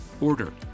order